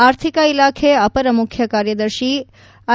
ಆರ್ಥಿಕ ಇಲಾಖೆ ಅಪರ ಮುಖ್ಯಕಾರ್ಯದರ್ಶಿ ಐ